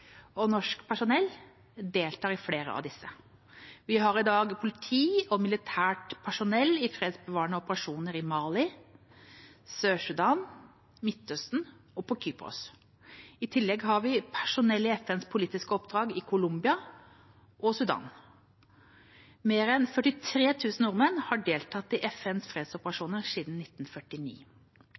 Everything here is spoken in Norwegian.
Norsk personell deltar i flere av disse. Vi har i dag politi og militært personell i fredsbevarende operasjoner i Mali, Sør-Sudan, Midtøsten og Kypros. I tillegg har vi personell i FNs politiske oppdrag i Colombia og Sudan. Mer enn 43 000 nordmenn har deltatt i FNs fredsoperasjoner siden 1949.